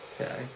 Okay